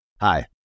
Hi